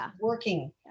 working